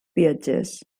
viatgers